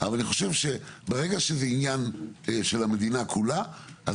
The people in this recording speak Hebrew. אבל אני חושב שברגע שזה עניין של המדינה כולה אז